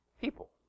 people